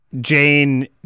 Jane